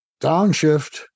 downshift